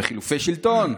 וחילופי שלטון.